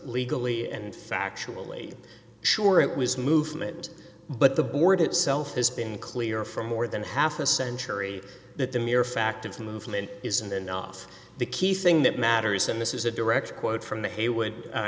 legally and factually sure it was movement but the board itself has been clear for more than half a century that the mere fact of the movement isn't enough the key thing that matters and this is a direct quote from the haywood